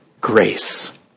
grace